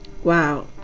Wow